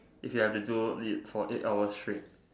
if you had to do it for eight hours straight